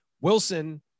Wilson